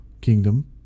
Kingdom